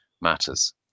matters